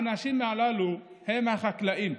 האנשים הללו הם החקלאים.